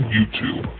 YouTube